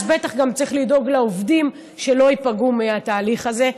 אז בטח צריך גם לדאוג לעובדים שלא ייפגעו מהתהליך הזה.